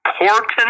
important